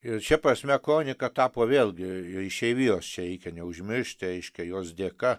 ir šia prasme kronika tapo vėlgi išeivijos čia reikia neužmiršti reiškia jos dėka